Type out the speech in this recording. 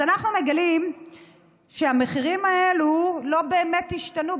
אז אנחנו מגלים שהמחירים האלה לא באמת השתנו,